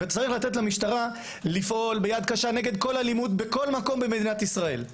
צריך לתת למשטרה לפעול ביד קשה נגד כל אלימות בכל מקום במדינת ישראל.